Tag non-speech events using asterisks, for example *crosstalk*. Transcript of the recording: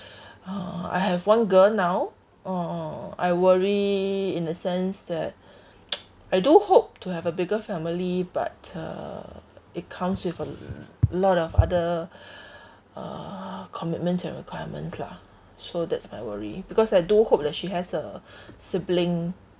uh I have one girl now oh I worry in the sense that *noise* I do hope to have a bigger family but uh it comes with a lot of other uh commitments and requirements lah so that's my worry because I do hope that she has a sibling